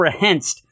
apprehensed